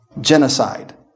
Genocide